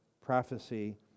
prophecy